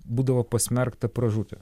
būdavo pasmerkta pražūti